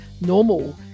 normal